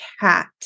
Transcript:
cat